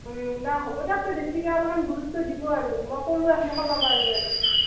দা হ'ব দক তে বেছিকৈ অলপমাণ গুৰুত্ব দিব আৰু মই কলো এখিনি ক'ব পাৰোঁ কাৰণে